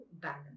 balance